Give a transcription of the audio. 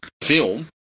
film